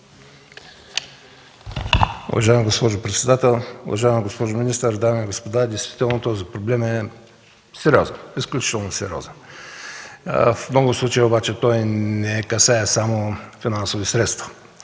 Уважаема госпожо председател, уважаема госпожо министър, дами и господа! Действително този проблем е изключително сериозен. В много случаи обаче той не касае само финансови средства,